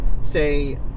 say